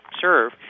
serve